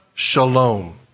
Shalom